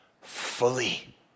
fully